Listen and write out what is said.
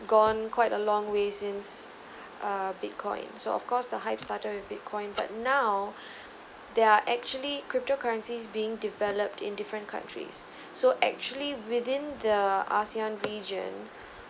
gone quite a long way since uh bitcoins so of course the hype started with bitcoin but now there are actually crypto currencies being developed in different countries so actually within the asean region